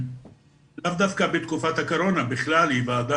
לאו דווקא בתקופת הקורונה אלא בכלל היא ועדה